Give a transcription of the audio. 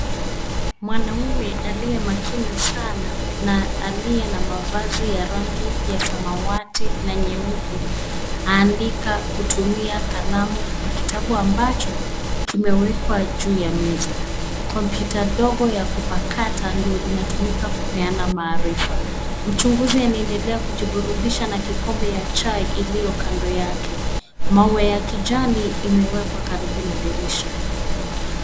Mwanamume aliye makini sana na aliye na mavazi ya rangi ya samawati na nyeupe, aandika kutumia kalamu kwa kitabu ambacho kimewekwa juu ya meza. Kompyuta ndogo ya kupakata ndio inatumika kupeana maarifa. Mchunguzi anaendelea kujiburudisha na kikombe ya chai iliyo kando yake. Maua ya kijani imewekwa karibu na dirisha.